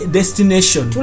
destination